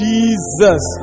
Jesus